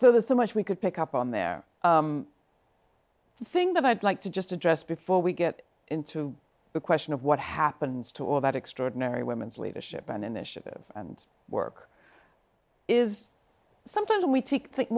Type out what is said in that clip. so there's so much we could pick up on there the thing that i'd like to just address before we get into the question of what happens to all that extraordinary women's leadership and initiative and work is sometimes we take th